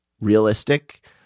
realistic